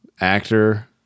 actor